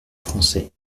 français